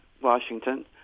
Washington